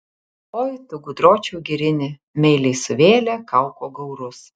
oi tu gudročiau girini meiliai suvėlė kauko gaurus